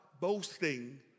boasting